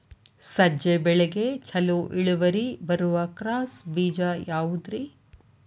ಸಜ್ಜೆ ಬೆಳೆಗೆ ಛಲೋ ಇಳುವರಿ ಬರುವ ಕ್ರಾಸ್ ಬೇಜ ಯಾವುದ್ರಿ?